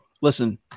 listen